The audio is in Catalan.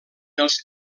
els